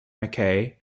mackay